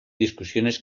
discusiones